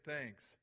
thanks